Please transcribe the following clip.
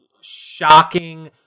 shocking